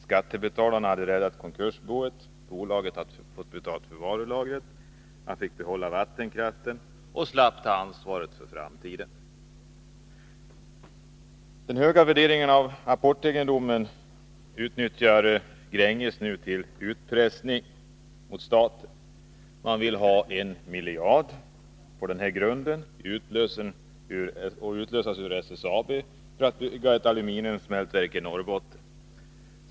Skattebetalarna hade räddat konkursboet, bolaget hade fått betalt för varulagret, han fick behålla vattenkraften och slapp ta ansvaret för framtiden. Den höga värderingen av apportegendomen utnyttjar Gränges nu till utpressning mot staten. På denna grund vill man nu ha en miljard och utlösas ur SSAB för att göra ett aluminiumsmältverk i Norrbotten.